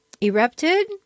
erupted